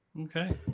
Okay